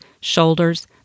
shoulders